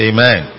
Amen